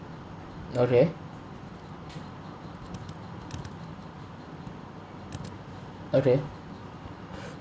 okay okay